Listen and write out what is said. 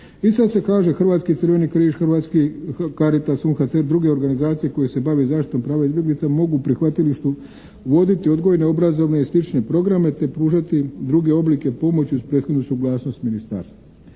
i sad se kaže Hrvatski crveni križ, Hrvatski Caritas, UNHCR i druge organizacije koje se bave zaštitom prava izbjeglica mogu u prihvatilištu voditi odgojne, obrazovne i slične programe te pružati druge oblike pomoći uz prethodnu suglasnost ministarstva.